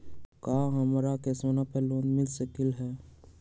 का हमरा के सोना पर लोन मिल सकलई ह?